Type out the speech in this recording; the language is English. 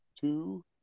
two